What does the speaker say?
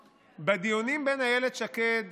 על הזמן של משה ארבל אתה רשאי להמשיך.